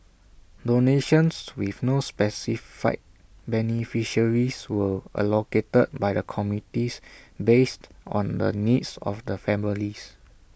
donations with no specified beneficiaries were allocated by the committee based on the needs of the families